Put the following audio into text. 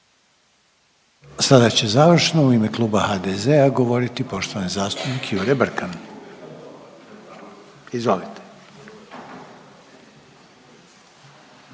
Sada će završno u ime Kluba HDZ-a govoriti poštovani zastupnik Jure Brkan, izvolite.